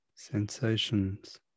sensations